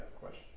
question